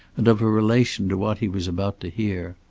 and of her relation to what he was about to hear.